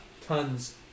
tons